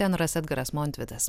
tenoras edgaras montvidas